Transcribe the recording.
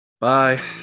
bye